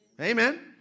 Amen